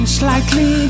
slightly